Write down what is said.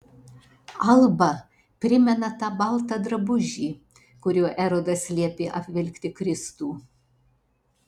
alba primena tą baltą drabužį kuriuo erodas liepė apvilkti kristų